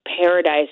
Paradise